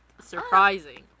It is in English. surprising